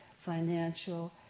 financial